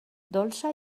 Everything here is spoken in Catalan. dolça